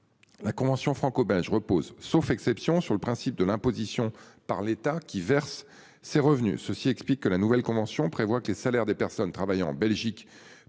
La convention franco-belge repose sauf exceptions sur le principe de l'imposition par l'État qui verse ses revenus. Ceci explique que la nouvelle convention prévoit que les salaires des personnes travaillant en Belgique